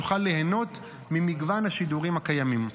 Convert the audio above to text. יוכל ליהנות ממגוון השידורים הקיימים,